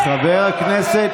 חבר הכנסת